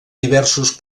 diversos